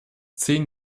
zehn